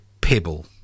pebble